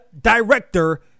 director